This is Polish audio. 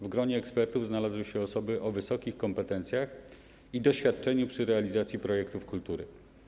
W gronie ekspertów znalazły się osoby o wysokich kompetencjach i doświadczeniu przy realizacji projektów kultury.